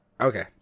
Okay